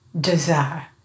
desire